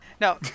No